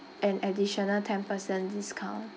an additional ten percent discount